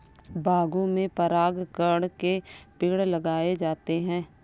बागों में परागकण के पेड़ लगाए जाते हैं